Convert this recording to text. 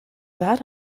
that